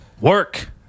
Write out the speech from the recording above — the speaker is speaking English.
Work